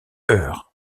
heure